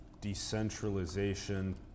decentralization